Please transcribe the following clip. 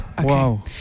Wow